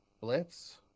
Blitz